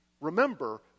remember